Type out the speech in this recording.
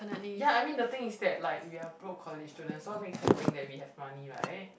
ya I mean the thing is that like we are broke college students what makes them think that we have money right